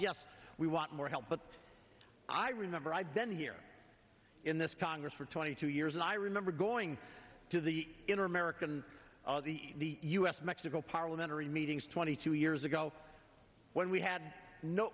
yes we want more help but i remember i've been here in this congress for twenty two years and i remember going to the in american the us mexico parliamentary meetings twenty two years ago when we had no